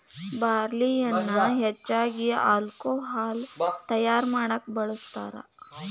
ಬಾರ್ಲಿಯನ್ನಾ ಹೆಚ್ಚಾಗಿ ಹಾಲ್ಕೊಹಾಲ್ ತಯಾರಾ ಮಾಡಾಕ ಬಳ್ಸತಾರ